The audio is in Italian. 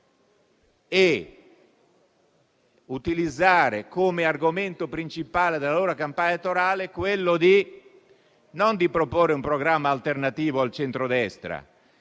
di utilizzare come argomento principale della propria campagna elettorale quello non di proporre un programma alternativo al centrodestra,